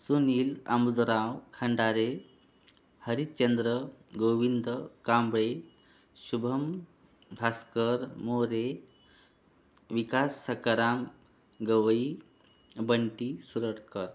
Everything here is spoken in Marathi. सुनील आमोदराव खंडारे हरीच्चंद्र गोविंद कांबळे शुभम भास्कर मोरे विकास सकाराम गवई बंटी सुरटकर